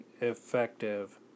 effective